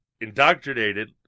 indoctrinated